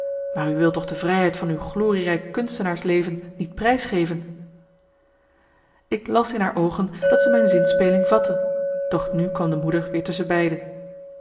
maar u wil toch de vrijheid van uw glorierijk kunstenaarsleven niet prijsgeven ik las in haar oogen dat ze mijn zinspeling vatte doch nu kwam de moeder weer